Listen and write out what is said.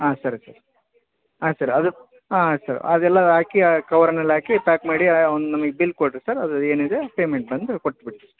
ಆಂ ಸರಿ ಸರ್ ಹಾಂ ಸರ್ ಅದು ಹಾಂ ಸರ್ ಅದೆಲ್ಲ ಹಾಕಿ ಆ ಕವರ್ನಲ್ಲಿ ಹಾಕಿ ಪ್ಯಾಕ್ ಮಾಡಿ ಒಂದು ನಮಗೆ ಬಿಲ್ ಕೊಡಿರಿ ಸರ್ ಅದು ಏನಿದೆ ಪೇಮೆಂಟ್ ಬಂದು ಕೊಟ್ಬಿಡ್ತೀವಿ